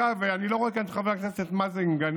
אגב, אני לא רואה כאן את חבר הכנסת מאזן גנאים,